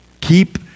Keep